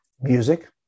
music